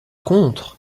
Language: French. contre